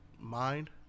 mind